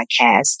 podcast